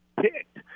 picked